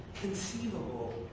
conceivable